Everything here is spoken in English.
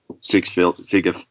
six-figure